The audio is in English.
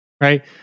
Right